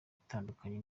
bitandukanye